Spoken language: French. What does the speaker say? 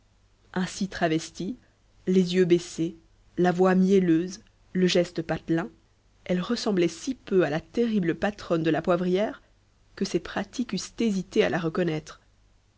ainsi travestie les yeux baissés la voix mielleuse le geste patelin elle ressemblait si peu à la terrible patronne de la poivrière que ses pratiques eussent hésité à la reconnaître